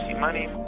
money